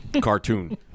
cartoon